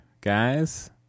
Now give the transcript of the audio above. Guys